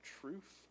truth